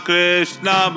Krishna